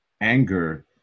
anger